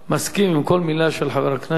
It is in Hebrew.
מסכים לכל מלה של חבר הכנסת